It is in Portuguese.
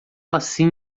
assim